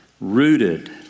rooted